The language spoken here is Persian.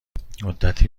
مدتی